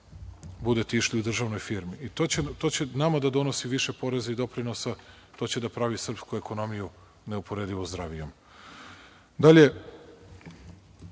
budete išli u državnu firmu. To će nama da donosi više poreza i doprinosa, to će da pravi srpsku ekonomiju neuporedivo zdravijom. Dalje,